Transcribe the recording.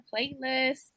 playlist